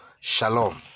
shalom